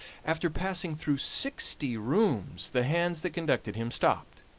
after passing through sixty rooms the hands that conducted him stopped,